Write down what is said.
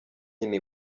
nyine